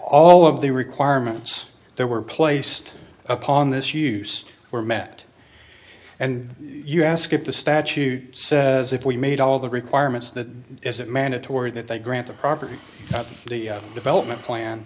all of the requirements there were placed upon this use were met and you ask if the statute says if we made all the requirements that is it mandatory that they grant the property of the development plan